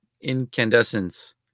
incandescence